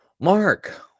Mark